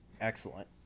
excellent